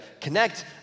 connect